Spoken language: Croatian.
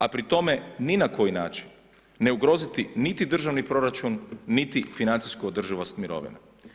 A pri tome ni na koji način ne ugroziti niti državni proračun niti financijsku održivost mirovina.